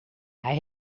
hij